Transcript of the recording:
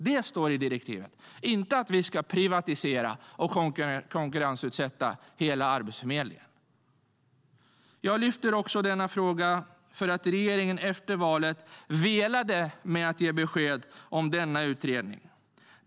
Det står i direktivet, inte att vi ska privatisera och konkurrensutsätta hela Arbetsförmedlingen.Jag lyfter upp denna fråga därför att regeringen efter valet velade när det gäller att ge besked om utredningen.